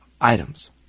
items